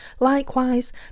Likewise